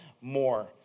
more